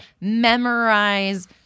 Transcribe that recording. memorize